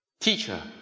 Teacher